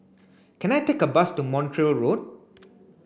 can I take a bus to Montreal Road